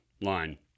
line